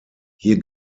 hier